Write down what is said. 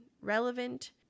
relevant